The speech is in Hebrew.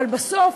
אבל בסוף,